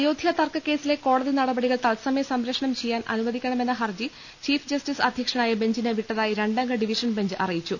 അയോധ്യ തർക്ക കേസിലെ കോടതി നടപടികൾ തത്സമയം സംപ്രേ ഷണം ചെയ്യാൻ അനുവദിക്കണമെന്ന ഹർജി ചീഫ് ജസ്റ്റിസ് അധ്യ ക്ഷനായ ബെഞ്ചിന് വിട്ടതായി രണ്ടംഗ ഡിവിഷൻ ബെഞ്ച് അറി യിച്ചു